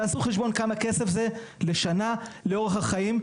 תעשו חשבון כמה כסף זה לשנה לאורך החיים.